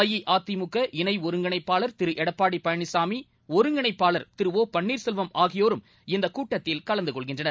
அஇஅதிமுக இணை ஒருங்கிணைப்பாளர் திரு எடப்பாடி பழனிசாமி ஒருங்கிணைப்பாளர் திரு ஒ பன்னீர் செல்வம் ஆகியோரும் இந்த கூட்டத்தில் கலந்து கொள்கின்றனர்